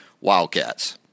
Wildcats